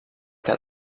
que